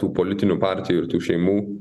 tų politinių partijų ir tų šeimų